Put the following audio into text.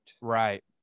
right